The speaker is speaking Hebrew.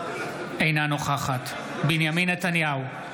אינה נוכחת בנימין נתניהו,